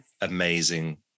amazing